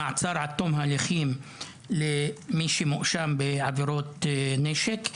למעצר עד תום הליכים למי שמואשם בעבירות נשק.